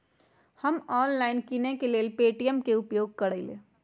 हम ऑनलाइन किनेकेँ लेल पे.टी.एम के उपयोग करइले